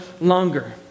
longer